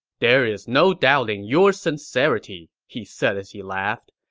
there is no doubting your sincerity! he said as he laughed.